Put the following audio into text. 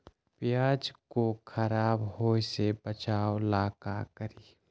प्याज को खराब होय से बचाव ला का करी?